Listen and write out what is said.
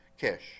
Kish